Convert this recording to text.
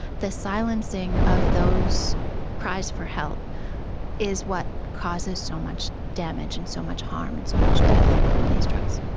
the silencing of those cries for help is what causes so much damage and so much harm and so much death from these drugs.